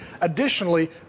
Additionally